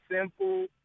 simple